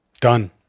done